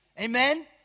Amen